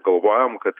galvojom kad